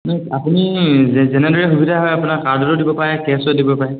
আপুনি যেনেদৰে সুবিধা হয় আপোনাৰ কাৰ্ডতো দিব পাৰে কেছও দিব পাৰে